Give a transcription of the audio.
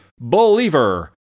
believer